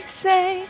say